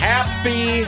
Happy